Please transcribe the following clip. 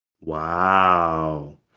Wow